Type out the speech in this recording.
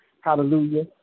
Hallelujah